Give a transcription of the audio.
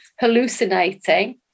hallucinating